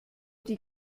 die